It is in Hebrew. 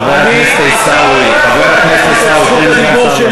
חבר הכנסת עיסאווי, תן לסגן השר להשיב.